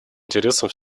интересам